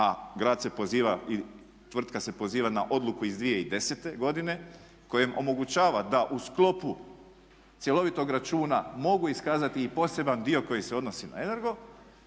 a grad se poziva i tvrtka se poziva na odluku iz 2010. godine kojem omogućava da u sklopu cjelovitog računa mogu iskazati i poseban dio koji se odnosi na Energo,